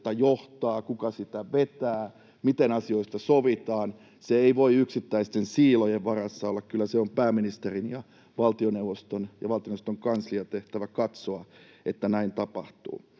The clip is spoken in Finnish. johtaa, kuka sitä vetää, miten asioista sovitaan. Se ei voi yksittäisten siilojen varassa olla, kyllä se on pääministerin, valtioneuvoston ja valtioneuvoston kanslian tehtävä katsoa, että näin tapahtuu.